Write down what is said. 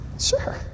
Sure